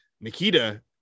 Nikita